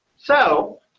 so,